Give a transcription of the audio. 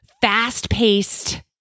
fast-paced